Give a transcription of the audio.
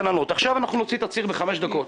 עכשיו נוציא תצהיר תוך חמש דקות.